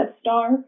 star